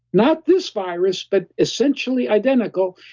not this virus, but essentially identical.